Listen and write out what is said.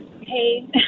Hey